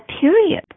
period